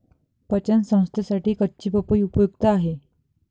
पचन संस्थेसाठी कच्ची पपई उपयुक्त आहे